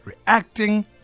reacting